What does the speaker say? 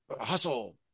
hustle